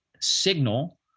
signal